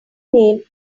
name